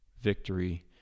victory